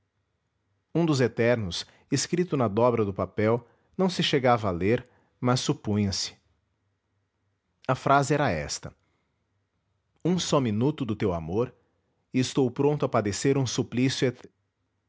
um dos eternos escrito na dobra do papel não se chegava a ler mas supunha se a frase era esta um só minuto do teu amor e estou pronto a padecer um suplício